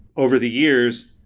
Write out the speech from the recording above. over the years,